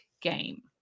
game